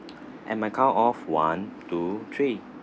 at my count of one two three